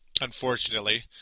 unfortunately